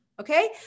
Okay